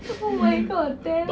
oh my god then